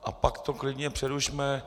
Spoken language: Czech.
A pak to klidně přerušme.